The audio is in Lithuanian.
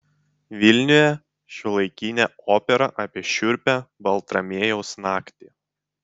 vilniuje šiuolaikinė opera apie šiurpią baltramiejaus naktį